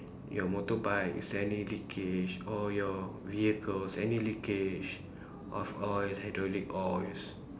your motorbike is any leakage or your vehicles any leakage of oil hydraulic oils